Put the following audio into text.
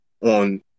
on